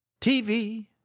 TV